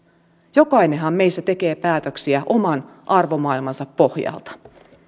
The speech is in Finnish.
jokainenhan meistä tekee päätöksiä oman arvomaailmansa pohjalta